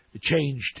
changed